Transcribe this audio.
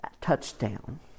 touchdown